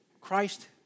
Christ